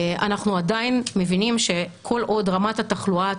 אנחנו עדיין מבינים שכל עוד רמת תחלואת